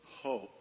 Hope